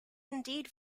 indeed